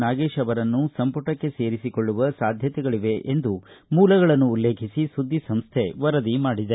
ನಾಗೇಶ್ ಅವರನ್ನು ಸಂಪುಟಕ್ಕೆ ಸೇರಿಸಿಕೊಳ್ಳುವ ಸಾಧ್ವತೆಗಳಿವೆ ಎಂದು ಮೂಲಗಳನ್ನು ಉಲ್ಲೇಖಿಸಿ ಸುದ್ದಿ ಸಂಸ್ಥೆ ವರದಿ ಮಾಡಿದೆ